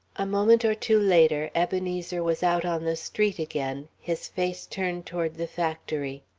a moment or two later ebenezer was out on the street again, his face turned toward the factory.